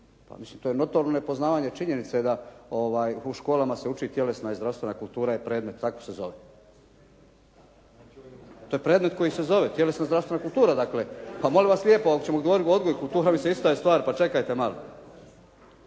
Pa mislim to je notorno nepoznavanje činjenice da u školama se uči tjelesna i zdravstvena kultura je predmet. Tako se zove. To je predmet koji se zove tjelesna i zdravstvena kultura, dakle. Pa molim vas lijepo, ako ćemo govoriti o odgoju, kulturi, pa ista je stvar. Pa čekajte malo!